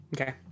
Okay